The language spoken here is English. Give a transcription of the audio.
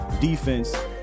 defense